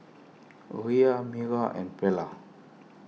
Rhea Mira and Perla